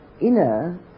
inner